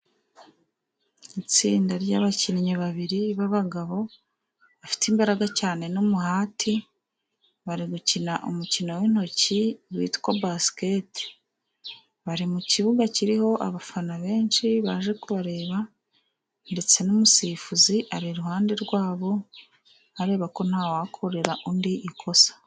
Itsinda ry'abakinnyi babiri b'abagabo bafite imbaraga cyane n'umuhati, bari gukina umukino w'intoki witwa basikete. Bari mu kibuga kiriho abafana benshi baje kubareba, ndetse n'umusifuzi ari iruhande rwabo areba ko nta wakorera undi ikosa.